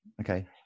Okay